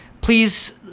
Please